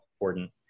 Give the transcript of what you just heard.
important